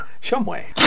Shumway